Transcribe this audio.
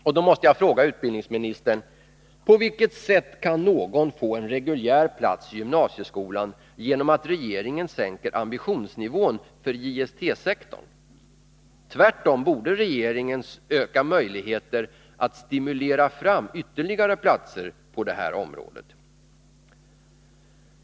Och då måste jag fråga utbildningsministern: På vilket sätt kan någon få en reguljär plats i gymnasieskolan genom att regeringen sänker ambitionsnivån för JST-sektorn? Tvärtom borde regering en söka möjligheter att stimulera fram ytterligare platser på det här området.